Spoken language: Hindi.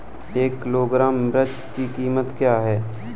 एक किलोग्राम मिर्च की कीमत क्या है?